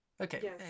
Okay